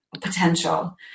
potential